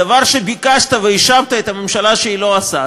הדבר שביקשת והאשמת את הממשלה שהיא לא עושה,